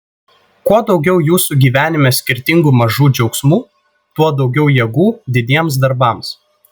kuo daugiau jūsų gyvenime skirtingų mažų džiaugsmų tuo daugiau jėgų didiems darbams